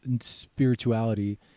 spirituality